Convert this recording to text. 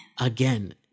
Again